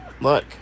Look